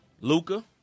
Luca